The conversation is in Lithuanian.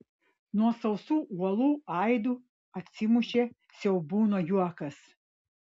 nuo sausų uolų aidu atsimušė siaubūno juokas